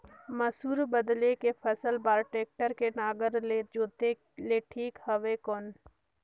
मसूर बदले के फसल बार टेक्टर के नागर ले जोते ले ठीक हवय कौन?